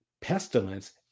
pestilence